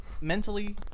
mentally